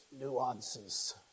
nuances